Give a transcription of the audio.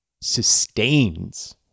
sustains